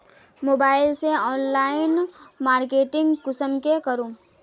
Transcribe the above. Mobile से online marketing कुंसम के करूम?